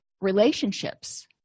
relationships